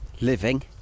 living